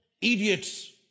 idiots